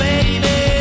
baby